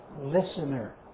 listener